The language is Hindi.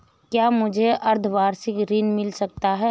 क्या मुझे अर्धवार्षिक ऋण मिल सकता है?